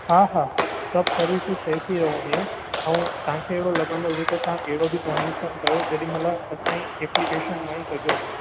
हा हा सभु सर्विसूं सेफ ई रहंदियूं ऐं तव्हांखे अहिड़ो लॻंदो हुजे त तव्हां कहिड़ो बि ट्रांज़ेक्शन कयो जेॾीमहिल असांजी एप्लीकेशन मां ई कजो